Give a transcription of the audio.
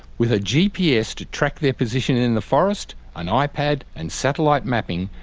with a gps to track their position in the forest, an ah ipad and satellite mapping,